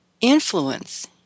influence